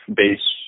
base